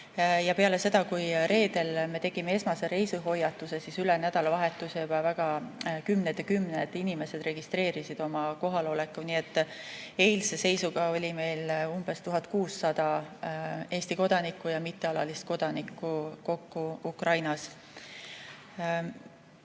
Peale seda, kui reedel me tegime esmase reisihoiatuse, nädalavahetusel ka kümned ja kümned inimesed registreerisid oma kohaloleku. Nii et eilse seisuga oli meil umbes 1600 Eesti kodanikku ja mittealalist kodanikku kokku Ukrainas.